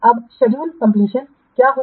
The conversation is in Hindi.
अब scheduled completion क्या होगा